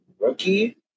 rookie